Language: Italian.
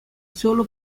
solo